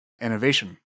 innovation